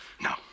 No